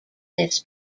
this